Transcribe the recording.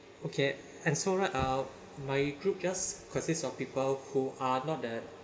okay and so right uh my group just consists of people who are not that